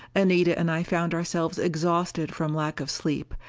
anita and i found ourselves exhausted from lack of sleep,